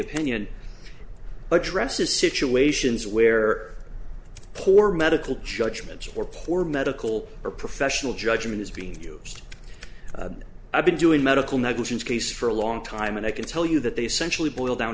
opinion but dresses situations where poor medical judgment or poor medical or professional judgment is being used i've been doing medical negligence case for a long time and i can tell you that they centrally boil down